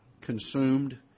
consumed